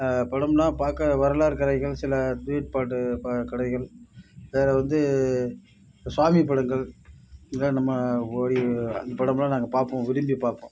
படம்னால் பார்க்க வரலாறு கதைகள் சில டூயட் பாட்டு கதைகள் வேறு வந்து சுவாமி படங்கள் எல்லாம் நம்ம ஓடு இந்த படமெலாம் நாங்கள் பார்ப்போம் விரும்பி பார்ப்போம்